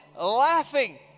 laughing